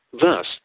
Thus